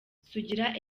sugira